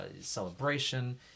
celebration